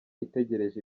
itegereje